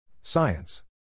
Science